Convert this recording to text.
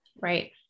Right